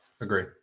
agree